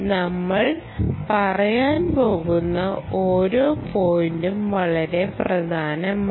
നമ്മൾ പറയാൻ പോകുന്ന ഓരോ പോയിന്റും വളരെ പ്രധാനമാണ്